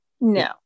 No